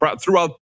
throughout